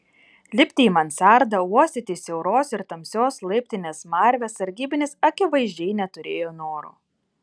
lipti į mansardą uostyti siauros ir tamsios laiptinės smarvę sargybinis akivaizdžiai neturėjo noro